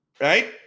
Right